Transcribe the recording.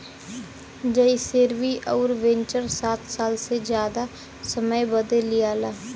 जइसेरवि अउर वेन्चर सात साल से जादा समय बदे लिआला